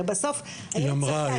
הרי בסוף --- היא אמרה,